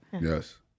Yes